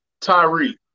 Tyree